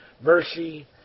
mercy